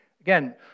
Again